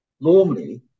normally